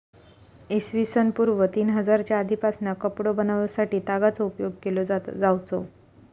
इ.स पूर्व तीन हजारच्या आदीपासना कपडो बनवच्यासाठी तागाचो उपयोग केलो जावचो